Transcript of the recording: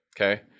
okay